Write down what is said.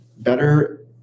better